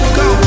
go